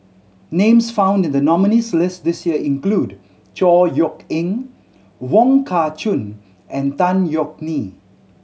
names found in the nominees' list this year include Chor Yeok Eng Wong Kah Chun and Tan Yeok Nee